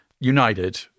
United